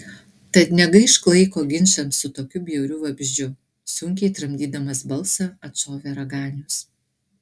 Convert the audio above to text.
tad negaišk laiko ginčams su tokiu bjauriu vabzdžiu sunkiai tramdydamas balsą atšovė raganius